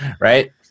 right